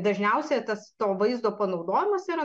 dažniausiai tas to vaizdo panaudojimas yra